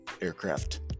aircraft